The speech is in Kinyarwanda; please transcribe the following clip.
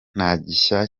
ntagishya